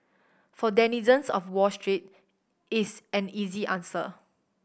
for denizens of Wall Street it's an easy answer